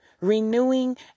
renewing